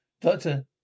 doctor